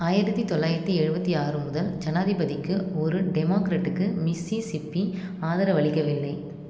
ஆயிரத்தி தொள்ளாயிரத்தி எழுபத்தி ஆறு முதல் ஜனாதிபதிக்கு ஒரு டெமாக்ரட்டுக்கு மிஸ்ஸிசிப்பி ஆதரவளிக்கவில்லை